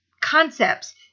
concepts